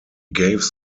gave